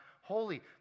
holy